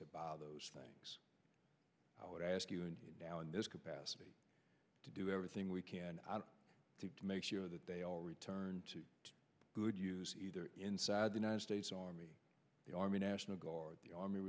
to those things i would ask you and now in this capacity to do everything we can out to make sure that they all return to good use either inside the united states army the army national guard the army